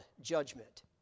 judgment